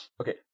Okay